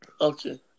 Okay